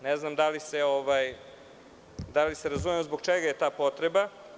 Ne znam da li se razumemo zbog čega je ta potreba?